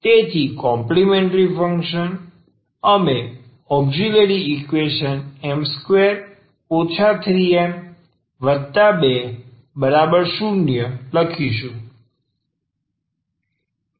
તેથી complementary function અમે auxiliary equation m2 3m20 લખીશું